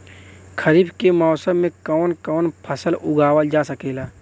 खरीफ के मौसम मे कवन कवन फसल उगावल जा सकेला?